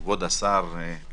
כבוד השר,